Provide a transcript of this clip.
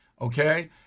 okay